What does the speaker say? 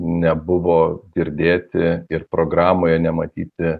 nebuvo girdėti ir programoje nematyti